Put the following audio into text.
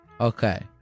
Okay